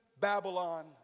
Babylon